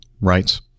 writes